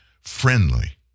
friendly